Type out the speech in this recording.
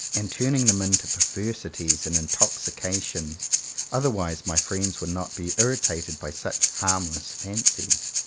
and turning them into perversities and intoxications otherwise my friends would not be irritated by such harmless fancies.